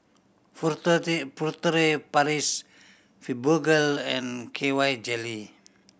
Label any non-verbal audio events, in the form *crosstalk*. *unintelligible* Furtere Paris Fibogel and K Y Jelly